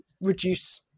reduce